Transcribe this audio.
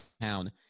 town